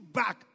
back